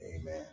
Amen